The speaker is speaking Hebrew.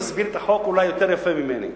הוא מסביר את החוק אולי יותר יפה ממני.